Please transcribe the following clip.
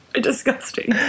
disgusting